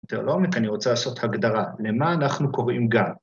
יותר לעומק, אני רוצה לעשות הגדרה: למה אנחנו קוראים גן?